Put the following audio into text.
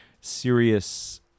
serious